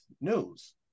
news